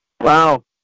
Wow